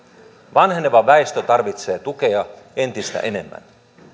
vanheneva väestö tarvitsee tukea entistä enemmän